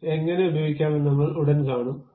എങ്ങനെ ഉപയോഗിക്കാമെന്ന് നമ്മൾ ഉടൻ കാണും